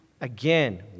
again